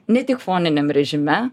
ne tik foniniam režime